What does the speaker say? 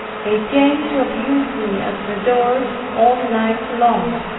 they came to abuse me at the door all night long,